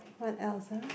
what else ah